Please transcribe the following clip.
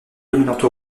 dominante